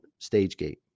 StageGate